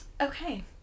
Okay